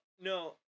no